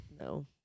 No